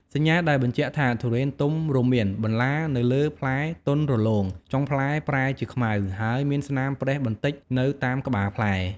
សញ្ញាដែលបញ្ជាក់ថាទុរេនទុំរួមមាន បន្លានៅលើផ្លែទន់រលោង ចុងផ្លែប្រែជាខ្មៅ ហើយមានស្នាមប្រេះបន្តិចនៅតាមក្បាលផ្លែ។